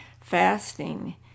fasting